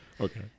Okay